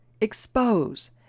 Expose